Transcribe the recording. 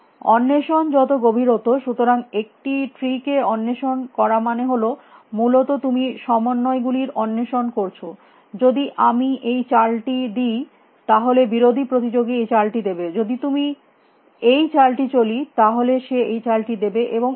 অন্বেষণ যত গভীর হত সুতরাং একটি ট্রি কে অন্বেষণ করা মানে হল মূলত তুমি সমন্বয় গুলির অন্বেষণ করছ যদি আমি এই চালটি দি তাহলে বিরোধী প্রতিযোগী এই চালটি দেবে যদি আমি এই চালটি চলি তাহলে সে এই চালটি দেবে এবং এই ভাবে